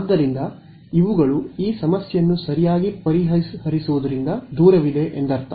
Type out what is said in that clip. ಆದ್ದರಿಂದ ಇವುಗಳು ಈ ಸಮಸ್ಯೆಯನ್ನು ಸರಿಯಾಗಿ ಪರಿಹರಿಸುವುದರಿಂದ ದೂರವಿದೆ ಎಂದರ್ಥ